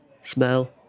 smell